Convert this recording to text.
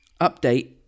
Update